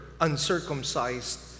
uncircumcised